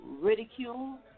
ridicule